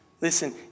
listen